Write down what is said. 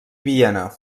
viena